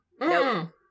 Nope